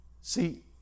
see